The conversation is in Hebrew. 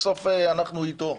בסוף אנחנו איתו,